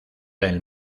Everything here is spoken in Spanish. del